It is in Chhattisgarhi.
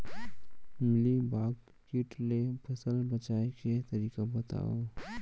मिलीबाग किट ले फसल बचाए के तरीका बतावव?